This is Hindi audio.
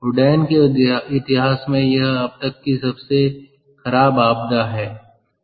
उड्डयन के इतिहास में यह अब तक की सबसे खराब आपदा है